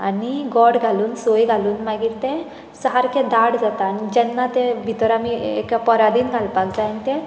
आनी गोड घालून सोय घालून मागीर तें सारकें दाट जाता आनी जेन्ना तें भितर आमी एका परातीन घालपाक जाय आनी तें